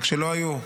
רק שלא היו,